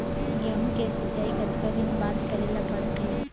गेहूँ के सिंचाई कतका दिन बाद करे ला पड़थे?